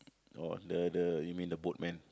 oh the the you mean the boatman